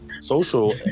social